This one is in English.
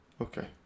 okay